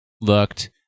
looked